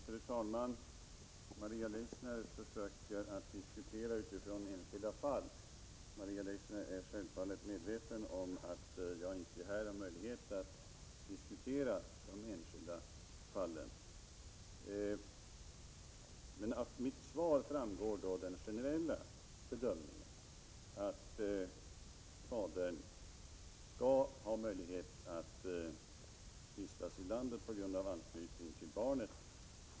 Fru talman! Maria Leissner försöker att diskutera ett enskilt fall. Självfallet är Maria Leissner medveten om att jag inte har möjlighet att här diskutera de enskilda fallen. Av mitt svar framgår den generella bedömningen, att fadern skall ha möjlighet att vistas i landet på grund av anknytning till barnen.